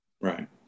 Right